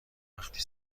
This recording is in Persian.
وقتی